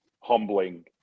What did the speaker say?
humbling